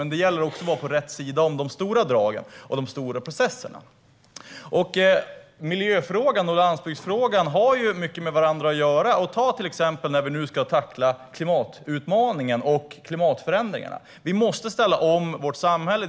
Men det gäller också att vara på rätt sida om de stora dragen och de stora processerna. Miljöfrågan och landsbygdsfrågan har mycket med varandra att göra. Se på till exempel när vi ska tackla klimatutmaningen och klimatförändringarna. Vi måste ställa om vårt samhälle.